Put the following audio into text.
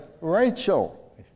Rachel